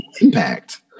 impact